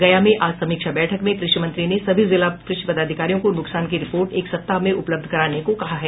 गया में आज समीक्षा बैठक में कृषि मंत्री ने सभी जिला कृषि पदाधिकारियों को नुकसान की रिपोर्ट एक सप्ताह में उपलब्ध कराने को कहा है